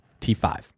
T5